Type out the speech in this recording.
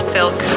Silk